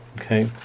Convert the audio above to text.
Okay